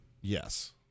Yes